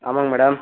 ஆமாங்க மேடம்